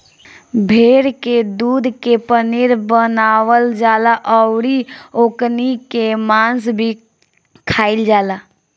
भेड़ के दूध के पनीर बनावल जाला अउरी ओकनी के मांस भी खाईल जाला